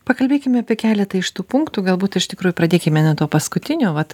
pakalbėkime apie keletą iš tų punktų galbūt iš tikrųjų pradėkime nuo to paskutinio vat